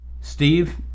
Steve